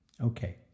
Okay